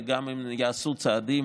וגם אם ייעשו צעדים